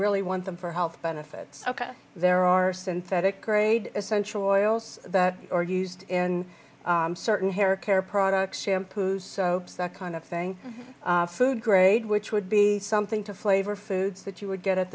really want them for health benefits ok there are synthetic grade essential oils that are used in certain hair care products shampoos that kind of thing food grade which would be something to flavor foods that you would get at